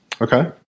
Okay